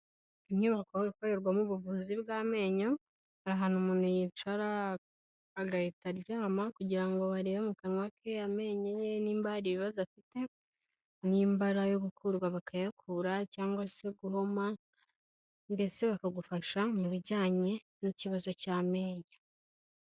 Inyubako ikorerwamo ubuvuzi bw'amenyo, ahantu umuntu yicara agahita aryama kugira ngo barebe mu kanwa ke amenye ye nimba hari ibibazo afite, nimbara ari ayo gukurwa bakayakura cyangwa se guhoma, mbese bakagufasha mu bijyanye n'ikibazo cy'amenyo.